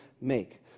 make